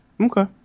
Okay